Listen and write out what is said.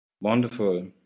Wonderful